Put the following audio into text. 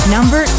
Number